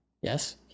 Yes